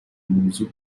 موضوع